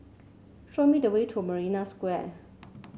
show me the way to Marina Square